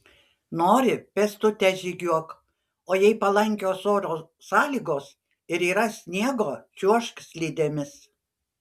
nori pėstute žygiuok o jei palankios oro sąlygos ir yra sniego čiuožk slidėmis